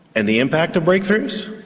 and the impact of breakthroughs?